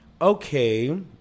okay